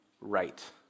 right